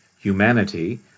humanity